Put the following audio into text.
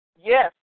Yes